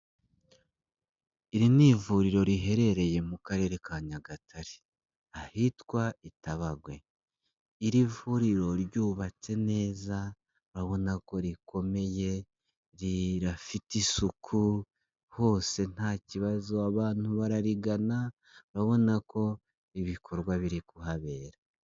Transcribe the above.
Iri ni ivuriro riherereye mu Karere ka Nyagatare, ahitwa i Tabagwe, iri vuriro ryubatse neza urabona ko rikomeye, rirafite isuku hose, nta kibazo abantu bararigana urabona ko ibikorwa biri kuhabera.